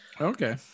okay